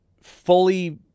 fully